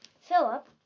Philip